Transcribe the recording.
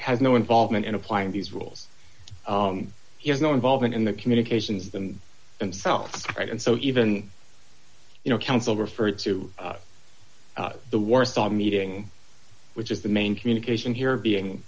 has no involvement in applying these rules he has no involvement in the communications than himself right and so even you know counsel referred to the warsaw meeting which is the main communication here being